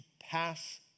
pass